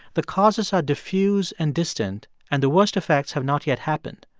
the causes are diffuse and distant and the worst effects have not yet happened.